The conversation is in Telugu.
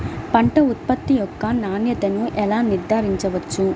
పంట ఉత్పత్తి యొక్క నాణ్యతను ఎలా నిర్ధారించవచ్చు?